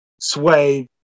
sway